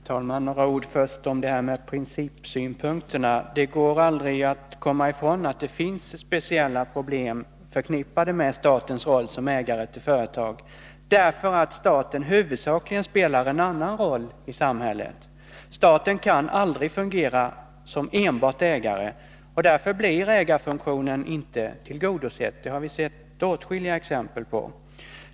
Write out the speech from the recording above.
Herr talman! Först några ord om principsynpunkterna. Det går aldrig att komma ifrån att det finns speciella problem förknippade med statens roll som ägare till företag, därför att staten huvudsakligen spelar en annan roll i samhället. Staten kan aldrig fungera enbart som ägare, och därför blir ägarfunktionen inte tillgodosedd. Det har vi sett åtskilliga exempel på.